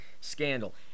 Scandal